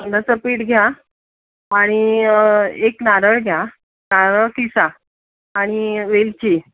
तांदळाचं पीठ घ्या आणि एक नारळ घ्या नारळ किसा आणि वेलची